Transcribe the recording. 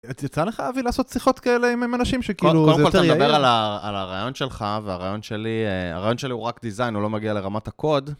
יצא לך, אבי, לעשות שיחות כאלה עם אנשים שכאילו, זה יותר יעיל? קודם כל, אתה מדבר על הרעיון שלך והרעיון שלי, הרעיון שלי הוא רק דיזיין, הוא לא מגיע לרמת הקוד.